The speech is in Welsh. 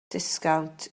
disgownt